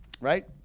right